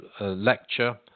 lecture